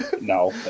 No